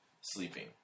sleeping